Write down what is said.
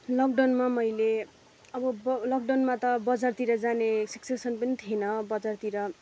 लकडाउनमा मैले अब अब लकडाउनमा त बजारतिर जाने सिच्वेसन पनि थिएन बजारतिर